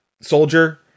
soldier